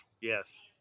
Yes